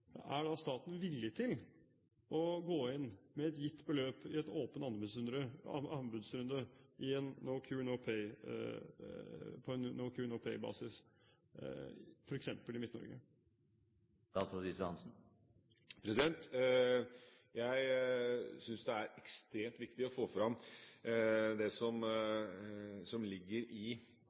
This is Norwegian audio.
Er da staten villig til å gå inn med et gitt beløp i en åpen anbudsrunde på en «no cure, no pay»-basis f.eks. i Midt-Norge? Jeg syns det er ekstremt viktig å få fram den ulike modenheten som ligger i